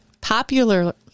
popular